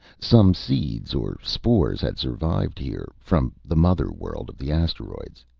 some seeds or spores had survived, here, from the mother world of the asteroids.